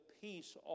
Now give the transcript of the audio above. peace